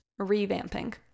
revamping